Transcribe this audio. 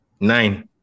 Nine